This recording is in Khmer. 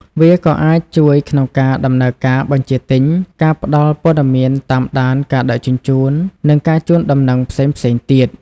វាក៏អាចជួយក្នុងការដំណើរការបញ្ជាទិញ ការផ្ដល់ព័ត៌មានតាមដានការដឹកជញ្ជូន និងការជូនដំណឹងផ្សេងៗទៀត។